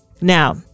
Now